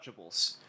untouchables